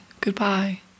Goodbye